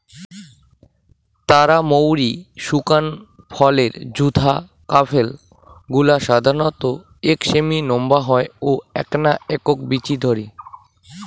তারা মৌরি শুকান ফলের যুদা কার্পেল গুলা সাধারণত এক সেমি নম্বা হয় ও এ্যাকনা একক বীচি ধরি